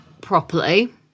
properly